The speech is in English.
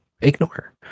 ignore